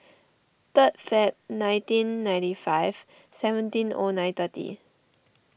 third Feb nineteen ninety five seventeen O nine thirty